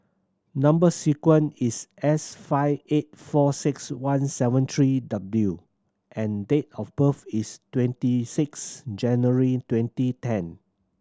number sequence is S five eight four six one seven three W and date of birth is twenty six January twenty ten